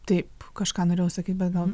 taip kažką norėjau sakyt bet gal